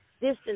distance